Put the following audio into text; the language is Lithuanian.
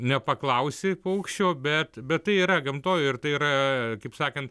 nepaklausi paukščio bet bet tai yra gamtoj ir tai yra kaip sakant